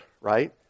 right